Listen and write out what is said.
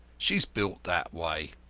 she is built that way.